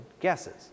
guesses